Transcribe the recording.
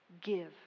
give